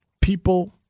people